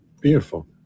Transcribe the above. Beautiful